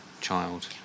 child